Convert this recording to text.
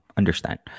understand